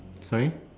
sorry